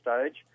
stage